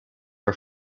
are